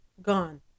Gone